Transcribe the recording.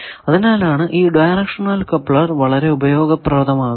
അതിനാലാണ് ഈ directional coupler വളരെ ഉപയോഗപ്രദമാകുന്നത്